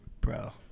bro